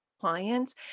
clients